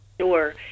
Sure